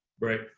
right